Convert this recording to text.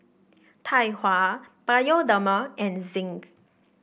Tai Hua Bioderma and Zinc